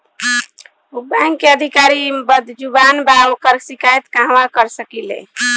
उ बैंक के अधिकारी बद्जुबान बा ओकर शिकायत कहवाँ कर सकी ले